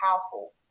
powerful